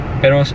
pero